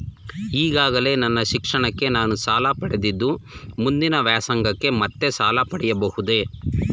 ಈಗಾಗಲೇ ನನ್ನ ಶಿಕ್ಷಣಕ್ಕೆ ನಾನು ಸಾಲ ಪಡೆದಿದ್ದು ಮುಂದಿನ ವ್ಯಾಸಂಗಕ್ಕೆ ಮತ್ತೆ ಸಾಲ ಪಡೆಯಬಹುದೇ?